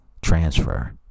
transfer